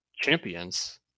Champions